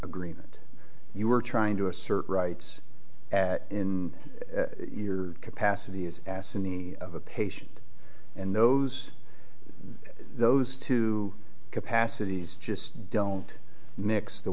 agreement you were trying to assert rights and in your capacity as asked in the of a patient and those those two capacities just don't mix the